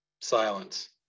Silence